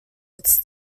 its